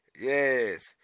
Yes